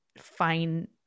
fine